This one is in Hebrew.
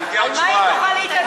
על מה את יכולה להתענג?